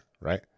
right